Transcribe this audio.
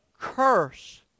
curse